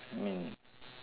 I mean